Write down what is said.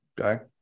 okay